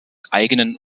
eigenen